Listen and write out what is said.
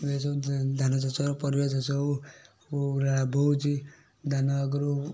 ଏବେ ସବୁ ଧାନ ଚାଷ ହେଉ ପରିବା ଚାଷ ହେଉ ପୂରା ଲାଭ ହେଉଛି ଧାନ ଆଗରୁ